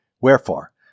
Wherefore